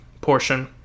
portion